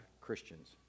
Christians